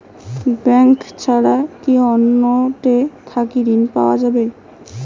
Bank ছাড়া কি অন্য টে থাকি ঋণ পাওয়া যাবে?